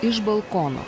iš balkono